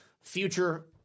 future